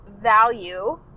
value